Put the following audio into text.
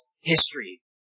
history